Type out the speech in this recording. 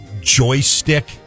joystick